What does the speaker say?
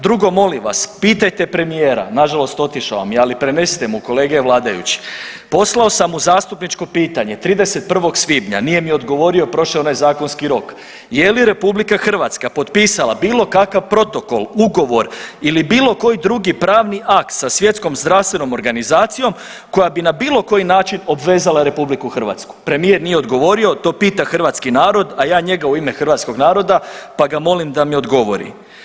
Drugo, molim vas pitajte premijera, nažalost otišao vam je, ali prenesite mu kolege vladajući, poslao sam mu zastupničko pitanje 31. svibnja, nije mi odgovorio, prošao je onaj zakonski rok, je li RH potpisala bilo kakav protokol, ugovor ili bilo koji drugi pravni akt sa Svjetskom zdravstvenom organizacijom koja bi na bilo koji način obvezala RH, premijer nije odgovorio, to pita hrvatski narod, a ja njega u ime hrvatskog naroda, pa ga molim da mi odgovori.